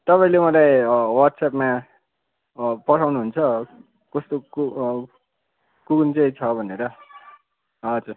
तपाईँले मलाई वाट्सएपमा पठाउनुहुन्छ कस्तो कुन कुन चाहिँ छ भनेर हजुर